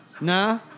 Nah